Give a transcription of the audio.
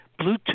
Bluetooth